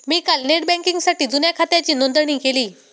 मी काल नेट बँकिंगसाठी जुन्या खात्याची नोंदणी केली